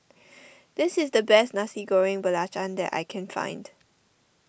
this is the best Nasi Goreng Belacan that I can find